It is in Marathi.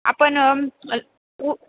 आपण उ